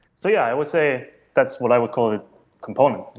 so yeah, i would say that's what i would call a component.